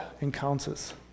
encounters